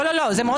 לא, זה חשוב.